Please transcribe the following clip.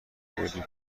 بودی